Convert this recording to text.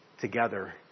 together